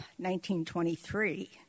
1923